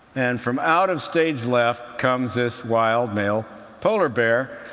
and from out of stage left comes this wild, male polar bear,